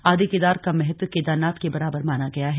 आदिकेदार का महत्व केदारनाथ के बराबर माना गया है